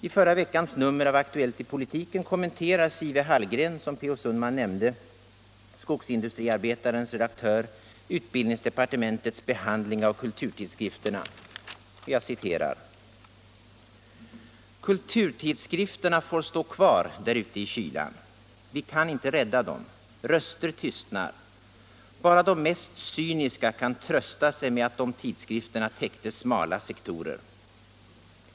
I förra veckans nummer av Aktuellt i politiken kommenterar Sive Hallgren, redaktör för Skogsindustriarbetaren, utbildningsdepartementets behandling av kulturtidskrifterna: ”Kulturtidskrifterna får stå kvar därute i kylan. Vi kan inte rädda dem. Röster tystnar. Bara de mest cyniska kan trösta sig med att de tidskrifterna täckte smala sektorer.